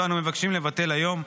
שאותו אנו מבקשים לבטל היום.